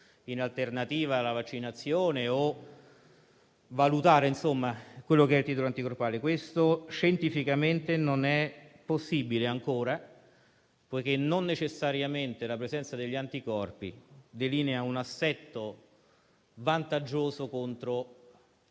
in alternativa alla vaccinazione, per valutare il titolo anticorpale. Questo scientificamente non è ancora possibile, poiché non necessariamente la presenza degli anticorpi delinea un assetto vantaggioso contro